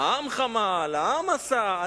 העם חמל, העם עשה.